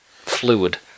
fluid